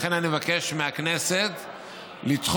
לכן אני מבקש מהכנסת לדחות